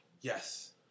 yes